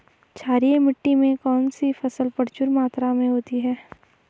क्षारीय मिट्टी में कौन सी फसल प्रचुर मात्रा में होती है?